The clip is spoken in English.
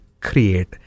create